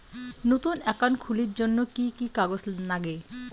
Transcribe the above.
নতুন একাউন্ট খুলির জন্যে কি কি কাগজ নাগে?